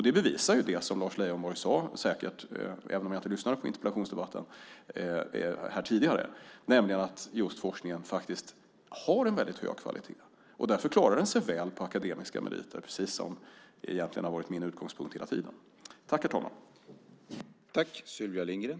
Det bevisar det som Lars Leijonborg säkert sade - även om jag inte lyssnade tidigare - i interpellationsdebatten tidigare, nämligen att just forskningen har en väldigt hög kvalitet. Därför klarar den sig väl på akademiska meriter, något som egentligen har varit min utgångspunkt hela tiden.